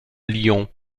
lyon